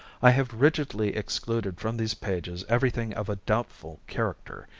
i have rigidly excluded from these pages everything of a doubtful character,